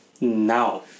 now